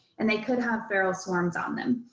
and they could have feral swarms on them.